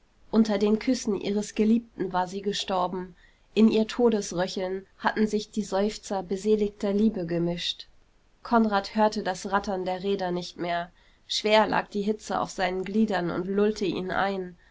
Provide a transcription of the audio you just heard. unter den küssen ihres geliebten war sie gestorben in ihr todesröcheln hatten sich die seufzer beseligter liebe gemischt konrad hörte das rattern der räder nicht mehr schwer lag die hitze auf seinen gliedern und lullte ihn ein